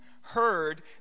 heard